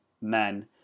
Men